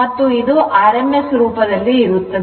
ಮತ್ತು ಇದು rms ರೂಪದಲ್ಲಿ ಇರುತ್ತದೆ